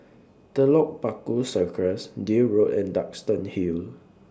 Telok Paku Circus Deal Road and Duxton Hill